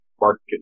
market